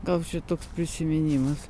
gal šitoks prisiminimas